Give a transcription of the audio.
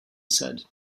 said